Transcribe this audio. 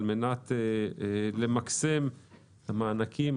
על מנת למקסם את המענקים.